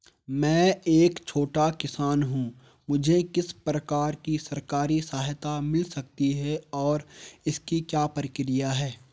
मैं एक छोटा किसान हूँ मुझे किस प्रकार की सरकारी सहायता मिल सकती है और इसकी क्या प्रक्रिया है?